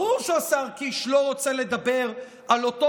ברור שהשר קיש לא רוצה לדבר על אותו